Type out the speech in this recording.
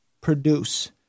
produce